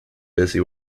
busy